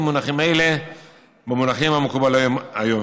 מונחים אלה במונחים המקובלים היום.